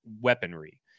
weaponry